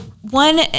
one